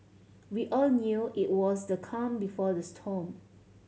we all knew it was the calm before the storm